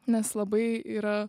nes labai yra